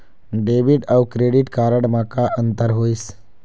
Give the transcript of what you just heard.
Debit अऊ credit card म का अंतर होइस?